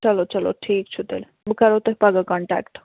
چلو چلو ٹھیٖک چھُ تیٚلہِ بہٕ کَرہو تۄہہِ پَگاہ کَنٹیٚکٹ